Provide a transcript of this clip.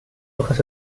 hojas